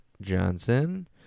Johnson